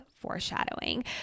foreshadowing